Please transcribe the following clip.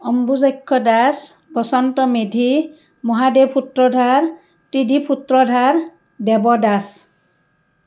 Ambujaksha Das Basanta Medhi Mahadev Sutradhar Tridip Sutradhar Dev Das